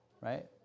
right